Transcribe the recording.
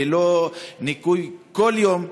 ללא ניכוי יום,